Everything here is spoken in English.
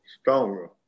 stronger